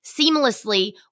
seamlessly